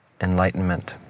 enlightenment